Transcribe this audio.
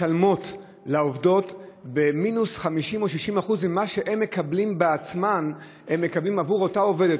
משלמות לעובדות מינוס 50% או 60% ממה שהן מקבלות בעבור אותה עובדת.